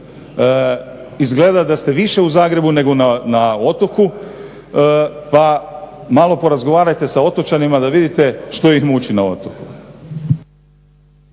Izgleda da ste više u Zagrebu, nego na otoku, pa malo porazgovarajte sa otočanima da vidite što ih muči na otoku.